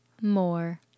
More